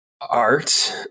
art